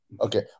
Okay